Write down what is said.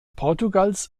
portugals